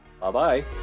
Bye-bye